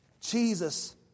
Jesus